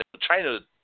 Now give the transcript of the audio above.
China